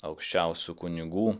aukščiausių kunigų